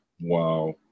Wow